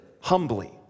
humbly